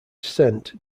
cent